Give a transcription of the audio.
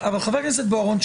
חבר הכנסת בוארון,